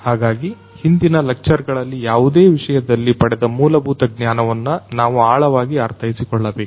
ಹಾಗಾಗಿ ಹಿಂದಿನ ಲಕ್ಚರ್ ಗಳಲ್ಲಿ ಯಾವುದೇ ವಿಷಯದಲ್ಲಿ ಪಡೆದ ಮೂಲಭೂತ ಜ್ಞಾನ ವನ್ನ ನಾವು ಆಳವಾಗಿ ಅರ್ಥೈಸಿಕೊಳ್ಳಬೇಕು